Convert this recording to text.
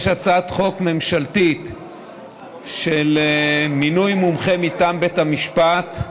יש הצעת חוק ממשלתית למינוי מומחה מטעם בית המשפט,